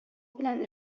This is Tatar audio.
белән